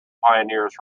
pioneers